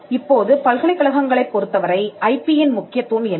இப்போது பல்கலைக்கழகங்களைப் பொருத்தவரை ஐபி யின் முக்கியத்துவம் என்ன